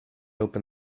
open